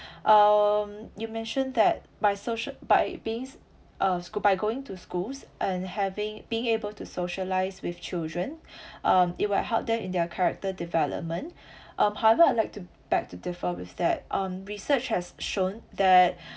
um you mentioned that by social by beings uh scho~ by going to schools and having being able to socialise with children um it will help them in their character development um however I'd like to beg to differ with that um research has shown that